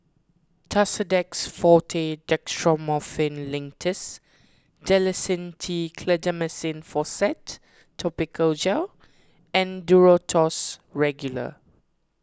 Tussidex forte Dextromethorphan Linctus Dalacin T Clindamycin Phosphate Topical Gel and Duro Tuss Regular